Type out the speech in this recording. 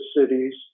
cities